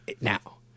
now